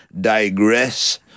digress